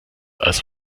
als